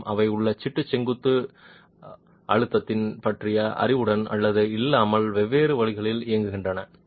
மேலும் அவை உள்ள சிட்டு செங்குத்து மன அழுத்தம் பற்றிய அறிவுடன் அல்லது இல்லாமல் வெவ்வேறு வழிகளில் இயங்குகின்றன